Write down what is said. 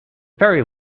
ferry